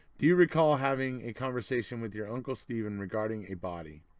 do you recall having a conversation with your uncle steven regarding a body?